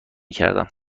کردم